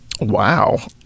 Wow